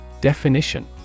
Definition